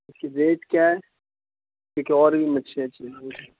اُس کی ریٹ كیا ہے ایک اور بھی مچھلیاں چاہیے تھیں